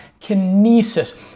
kinesis